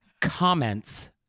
Comments